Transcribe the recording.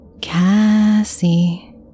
Cassie